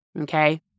Okay